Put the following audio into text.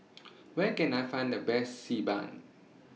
Where Can I Find The Best Xi Ban